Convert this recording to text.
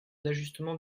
d’ajustement